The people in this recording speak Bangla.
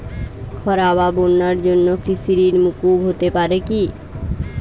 খরা বা বন্যার জন্য কৃষিঋণ মূকুপ হতে পারে কি?